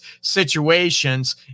situations